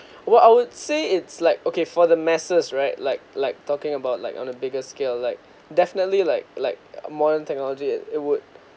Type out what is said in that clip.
well I would say it's like okay for the masses right like like talking about like on a bigger scale like definitely like like modern technology and it would